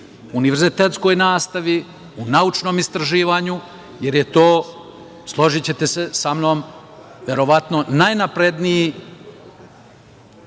univerzitetskoj nastavi, u naučnom istraživanju, jer je to, složićete se sa mnom, verovatno najnapredniji